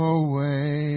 away